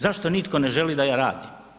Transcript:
Zašto nitko ne želi da ja radim?